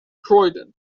croydon